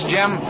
Jim